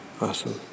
Awesome